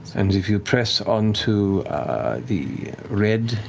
and if you press on to the red